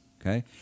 Okay